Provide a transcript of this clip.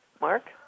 Mark